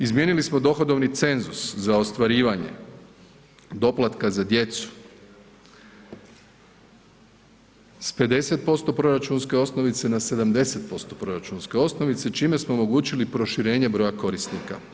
Izmijenili smo dohodovni cenzus za ostvarivanje doplatka za djecu s 50% proračunske osnovice na 70% proračunske osnovice, čime smo omogućili proširenje broja korisnika.